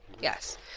Yes